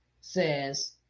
Says